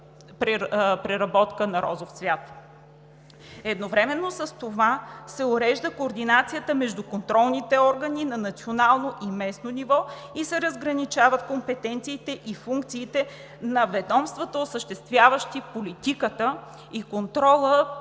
Едновременно с това се урежда координацията между контролните органи на национално и местно ниво и се разграничават компетенциите и функциите на ведомствата, осъществяващи политиката и контрола